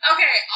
Okay